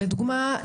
לדוגמה,